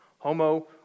Homo